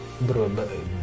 bro